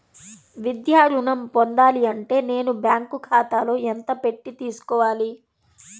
విద్యా ఋణం పొందాలి అంటే నేను బ్యాంకు ఖాతాలో ఎంత పెట్టి తీసుకోవాలి?